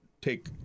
take